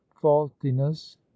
faultiness